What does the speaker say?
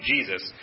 Jesus